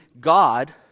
God